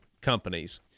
companies